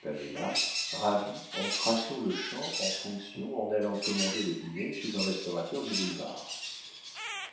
paméla ravie entra sur-le-champ en fonctions en allant commander le dîner chez un restaurateur du boulevard